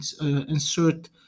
insert